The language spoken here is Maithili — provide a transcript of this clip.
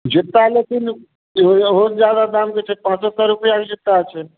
जुत्ता लेकिन बहुत जादा दाम कय छओ पाँचो सए रुपैआ के जुत्ता छै